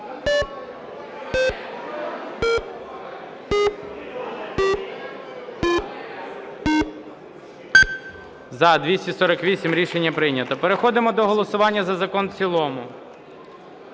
За-248 Рішення прийнято. Переходимо до голосування за закон у цілому.